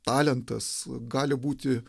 talentas gali būti